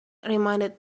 reminded